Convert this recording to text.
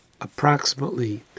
approximately